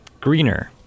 greener